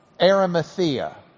Arimathea